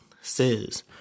says